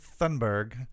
Thunberg